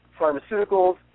pharmaceuticals